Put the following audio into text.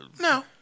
No